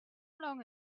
long